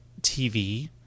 TV